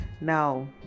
now